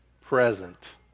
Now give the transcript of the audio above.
present